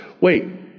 Wait